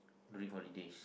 during holidays